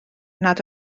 nad